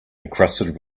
encrusted